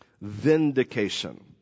Vindication